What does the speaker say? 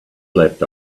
left